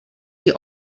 die